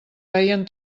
reien